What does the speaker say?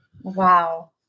Wow